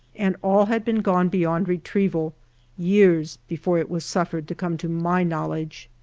and all had been gone beyond retrieval years before it was suffered to come to my knowledge.